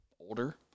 older